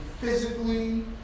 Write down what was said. physically